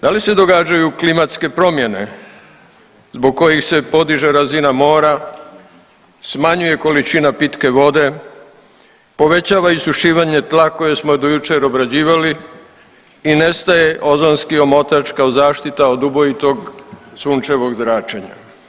Da li se događaju klimatske promjene zbog kojih se podiže razina mora, smanjuje količina pitke vode, povećava isušivanje tla koje smo do jučer obrađivali i nestaje ozonski omotač kao zaštita od ubojitog sunčevog zračenja?